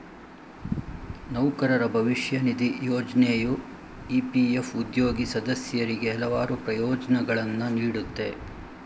ನೌಕರರ ಭವಿಷ್ಯ ನಿಧಿ ಯೋಜ್ನೆಯು ಇ.ಪಿ.ಎಫ್ ಉದ್ಯೋಗಿ ಸದಸ್ಯರಿಗೆ ಹಲವಾರು ಪ್ರಯೋಜ್ನಗಳನ್ನ ನೀಡುತ್ತೆ